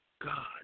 God